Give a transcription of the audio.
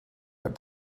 but